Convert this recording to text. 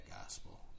gospel